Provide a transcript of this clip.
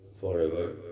forever